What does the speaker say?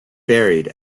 buried